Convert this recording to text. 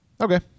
okay